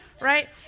right